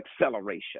acceleration